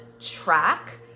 track